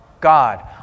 God